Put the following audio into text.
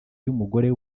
y’umugore